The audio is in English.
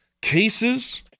cases